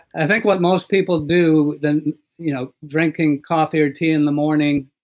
i think what most people do than you know drinking coffee or tea in the morning